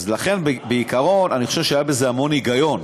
לכן, בעיקרון אני חושב שהיה בזה המון היגיון.